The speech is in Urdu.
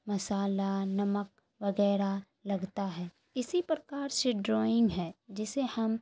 مسالہ نمک وغیرہ لگتا ہے اسی پرکار سے ڈرائنگ ہے جسے ہم